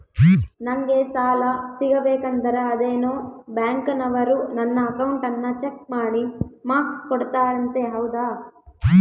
ನಂಗೆ ಸಾಲ ಸಿಗಬೇಕಂದರ ಅದೇನೋ ಬ್ಯಾಂಕನವರು ನನ್ನ ಅಕೌಂಟನ್ನ ಚೆಕ್ ಮಾಡಿ ಮಾರ್ಕ್ಸ್ ಕೊಡ್ತಾರಂತೆ ಹೌದಾ?